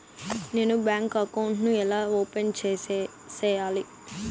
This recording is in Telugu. నేను బ్యాంకు అకౌంట్ ను ఎలా ఓపెన్ సేయాలి?